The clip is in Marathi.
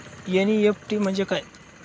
एन.ई.एफ.टी म्हणजे काय?